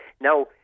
Now